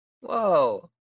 Whoa